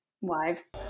wives